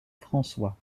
françois